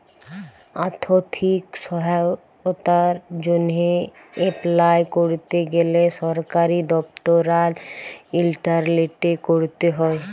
আথ্থিক সহায়তার জ্যনহে এপলাই ক্যরতে গ্যালে সরকারি দপ্তর আর ইলটারলেটে ক্যরতে হ্যয়